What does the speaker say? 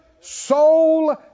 soul